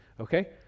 okay